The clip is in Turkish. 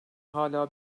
hâlâ